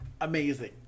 amazing